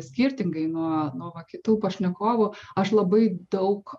skirtingai nuo nuo va kitų pašnekovų aš labai daug